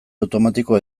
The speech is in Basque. automatiko